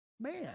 man